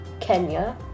Kenya